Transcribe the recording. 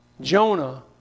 Jonah